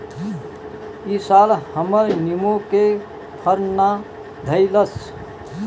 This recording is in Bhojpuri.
इ साल हमर निमो के फर ना धइलस